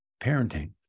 parenting